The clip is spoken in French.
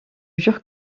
jure